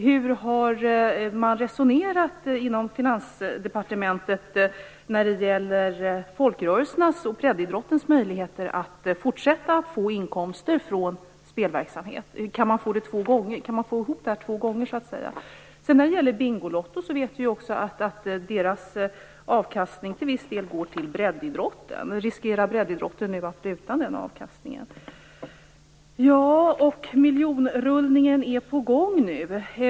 Hur har man resonerat inom Finansdepartementet när det gäller folkrörelsernas och breddidrottens möjligheter att fortsätta att få inkomster från spelverksamhet? Kan man få ihop det två gånger, så att säga? När det gäller Bingolotto vet vi att dess avkastning till viss del går till breddidrotten. Riskerar breddidrotten nu att bli utan den avkastningen? Miljonrullningen är nu på gång.